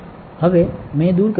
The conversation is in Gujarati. હવે મે દૂર કર્યું છે